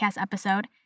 episode